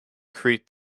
create